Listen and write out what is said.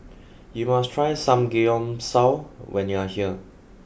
you must try Samgeyopsal when you are here